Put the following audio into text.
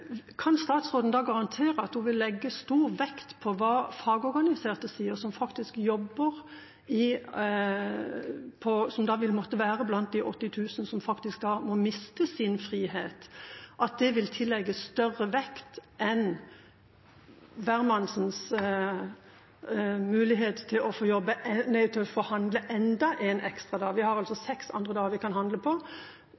Kan statsråden da garantere at hun vil legge stor vekt på hva fagorganiserte sier, som da vil være blant de 80 000 som faktisk må miste sin frihet – at det vil tillegges større vekt enn hvermansens mulighet til å få handle enda en ekstra dag. Vi har altså